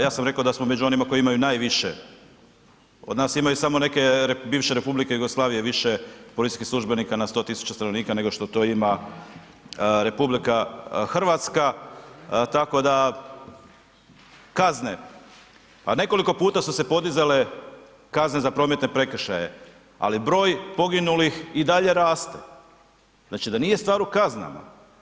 Ja sam rekao da smo među onima koji imaju najviše, od nas imaju samo neke bivše Republike Jugoslavije, više policijskih službenika na 100 000 stanovnika nego što to ima RH, tako da kazne pa nekoliko puta su se podizale kazne za prometne prekršaje, ali broj poginulih i dalje raste, znači da nije stvar u kaznama.